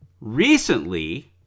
Recently